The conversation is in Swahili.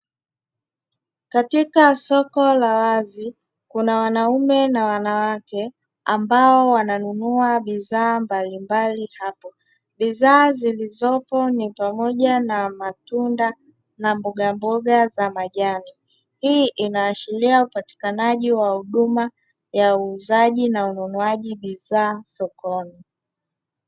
Katika soko la zlwazi kuna wanaume na wanawake ambao wananunua bidhaa mbalimbali hapo. Bidhaa zilizopo ni pamoja na matunda na mbogamboga za majani; hii inaashiria upatikanaji wa huduma ya uuzaji na ununuaji wa bidhaa sokoni.